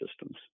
systems